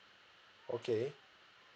okay